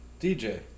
DJ